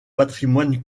patrimoine